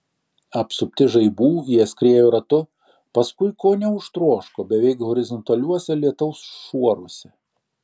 apsupti žaibų jie skriejo ratu paskui ko neužtroško beveik horizontaliuose lietaus šuoruose